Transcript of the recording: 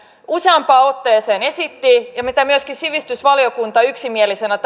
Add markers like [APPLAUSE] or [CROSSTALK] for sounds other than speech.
useampaan otteeseen esittivät ja minkä puolesta myöskin sivistysvaliokunta yksimielisenä [UNINTELLIGIBLE]